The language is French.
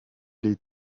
les